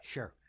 Sure